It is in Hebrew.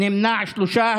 נמנעים, שלושה.